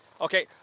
Okay